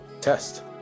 test